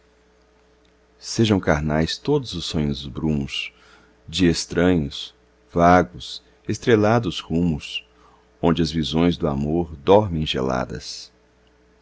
sejam carnais todos os sonhos brumos de estranhos vagos estrelados rumos onde as visões do amor dormem geladas